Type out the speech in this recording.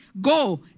go